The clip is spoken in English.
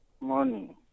Morning